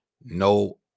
no